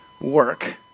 work